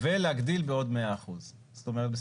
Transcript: ולהגדיל בעוד 100%. זאת אומרת,